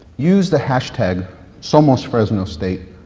use the hashtag somosfresnostate,